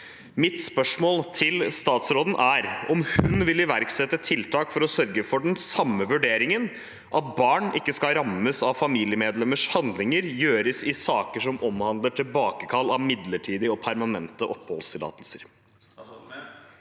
vedtatt. Vil statsråden iverksette tiltak for å sørge for at den samme vurderingen, at barn ikke skal rammes av familiemedlemmers handlinger, gjøres i saker som omhandler tilbakekall av midlertidige og permanente oppholdstillatelser?»